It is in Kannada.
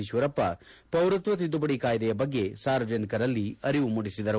ಈಶ್ವರಪ್ಪ ಪೌರತ್ವ ತಿದ್ದುಪಡಿ ಕಾಯ್ದೆಯ ಬಗ್ಗೆ ಸಾರ್ವಜನಿಕರಲ್ಲಿ ಅರಿವು ಮೂಡಿಸಿದರು